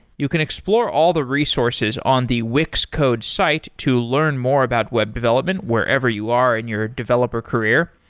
you can explore all the resources on the wix code site to learn more about web development wherever you are in your developer career.